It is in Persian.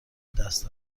دست